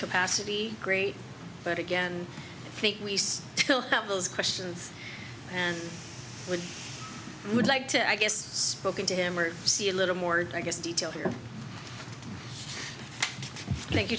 capacity great but again i think we still have those questions and we would like to i guess spoken to him or see a little more i guess detail here thank